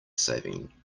saving